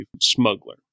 smuggler